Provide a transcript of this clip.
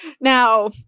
Now